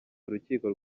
urukiko